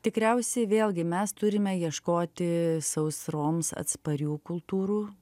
tikriausiai vėlgi mes turime ieškoti sausroms atsparių kultūrų